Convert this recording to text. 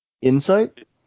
insight